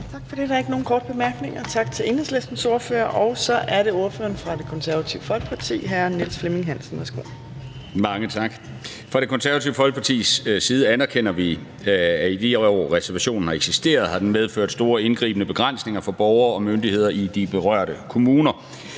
Tak for det. Der er ikke nogen korte bemærkninger. Tak til Enhedslistens ordfører, og så er det ordføreren for Det Konservative Folkeparti, hr. Niels Flemming Hansen. Værsgo. Kl. 14:36 (Ordfører) Niels Flemming Hansen (KF): Mange tak. Fra Det Konservative Folkepartis side anerkender vi, at reservationen i de år, den har eksisteret, har medført store og indgribende begrænsninger for borgere og myndigheder i de berørte kommuner.